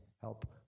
help